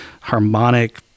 harmonic